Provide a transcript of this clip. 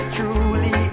Truly